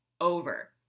over